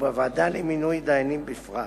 ובוועדה למינוי דיינים בפרט.